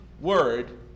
word